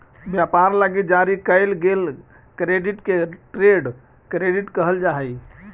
व्यापार लगी जारी कईल गेल क्रेडिट के ट्रेड क्रेडिट कहल जा हई